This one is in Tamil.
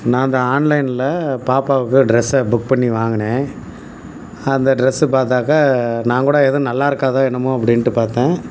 நான் இந்த ஆன்லைன்ல பாப்பாவுக்கு ட்ரெஸ்ஸை புக் பண்ணி வாங்கினேன் அந்த ட்ரெஸ்ஸு பார்த்தாக்கா நான் கூட எதுவும் நல்லா இருக்காதோ என்னமோ அப்படின்ட்டு பார்த்தேன்